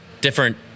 Different